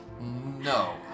no